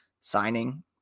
signing